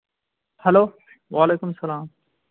hello وعلیکُم سَلام